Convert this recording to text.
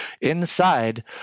inside